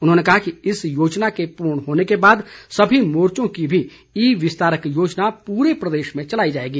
उन्होंने कहा कि इस योजना के पूर्ण होने के बाद सभी मोर्चों की भी ई विस्तारक योजना पूरे प्रदेश में चलाई जाएगी